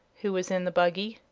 who was in the buggy.